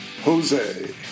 Jose